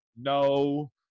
no